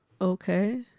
Okay